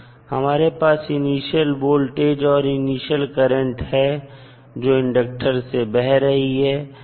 हमारे पास initial voltage और इनिशियल करंट है जो इंडक्टर से बह रही है